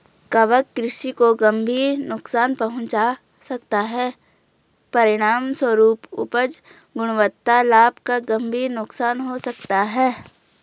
कवक कृषि को गंभीर नुकसान पहुंचा सकता है, परिणामस्वरूप उपज, गुणवत्ता, लाभ का गंभीर नुकसान हो सकता है